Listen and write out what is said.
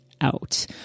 out